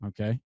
okay